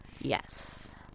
Yes